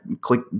click